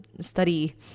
study